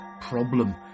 problem